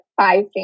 five